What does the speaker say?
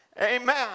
Amen